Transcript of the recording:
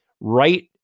right